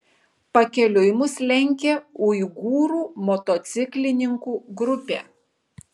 pakeliui mus lenkė uigūrų motociklininkų grupė